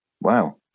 Wow